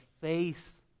face